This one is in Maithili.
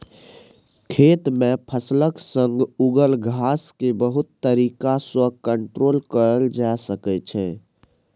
खेत मे फसलक संग उगल घास केँ बहुत तरीका सँ कंट्रोल कएल जा सकै छै